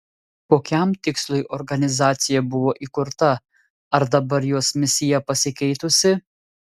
kokiam tikslui organizacija buvo įkurta ar dabar jos misija pasikeitusi